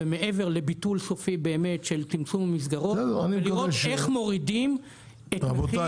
זה מעבר לביטול סופי של צמצום המסגרות זה לראות איך מורידים את פרופיל